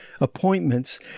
appointments